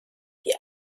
die